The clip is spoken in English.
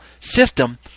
system